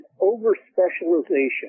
over-specialization